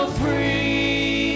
free